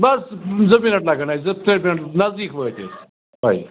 بَس زٕ منٹ لَگَن اَسہِ زٕ ترٛےٚ منٹ نزدیٖک وٲتۍ أسۍ تۄہہِ